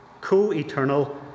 co-eternal